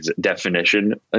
definition